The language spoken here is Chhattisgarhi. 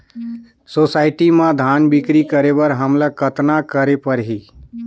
सोसायटी म धान बिक्री करे बर हमला कतना करे परही?